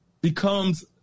becomes